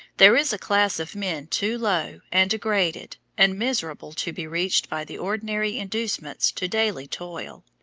there is a class of men too low, and degraded, and miserable to be reached by the ordinary inducements to daily toil,